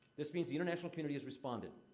this means the international community has responded.